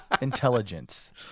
intelligence